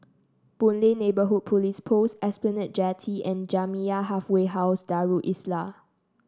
Boon Lay Neighbourhood Police Post Esplanade Jetty and Jamiyah Halfway House Darul Islah